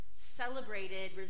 Celebrated